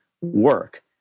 work